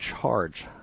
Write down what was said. charge